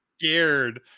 scared